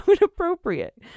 inappropriate